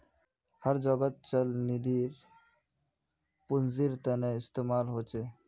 हर जोगोत चल निधिर पुन्जिर तने इस्तेमाल होचे